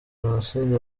jenoside